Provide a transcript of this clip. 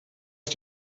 ist